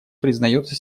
признается